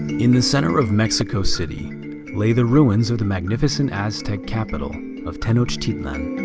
in the center of mexico city lay the ruins of the magnificent aztec capital of tenochtitlan.